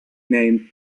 named